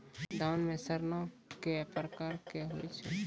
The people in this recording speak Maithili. धान म सड़ना कै प्रकार के होय छै?